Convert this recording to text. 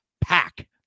pack